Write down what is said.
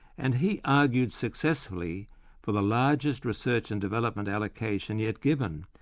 and he argued successfully for the largest research and development allocation yet given,